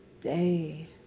day